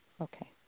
Okay